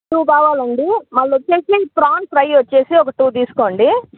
to కావాలండి మళ్ళీ వచ్చేసి ఫ్రాన్స్ ఫ్రై వచ్చేసి ఒక టు తీసుకోండి